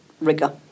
rigor